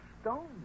stone